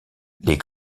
les